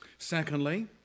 Secondly